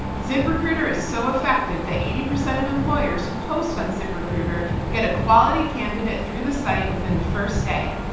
ziprecruiter is so effective that eighty percent of employers who post on ziprecruiter get a quality candidate through the site within the first day.